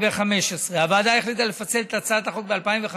התשע"ה 2015. הוועדה החליטה לפצל את הצעת החוק ב-2015,